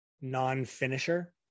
non-finisher